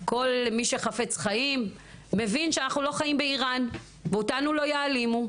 כול מי שחפץ חיים מבין שאנחנו לא חיים באירן ואותנו לא יעלימו.